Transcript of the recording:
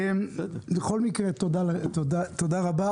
בכל מקרה, תודה רבה.